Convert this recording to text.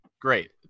great